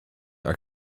are